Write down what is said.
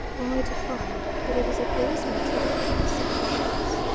only to find that it was a policeman attracted by the sound of shots.